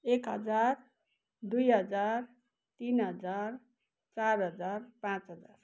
एक हजार दुई हजार तिन हजार चार हजार पाँच हजार